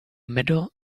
middle